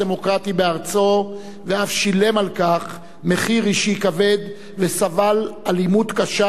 ואף שילם על כך מחיר אישי כבד וסבל אלימות קשה נגדו ונגד תומכיו.